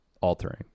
altering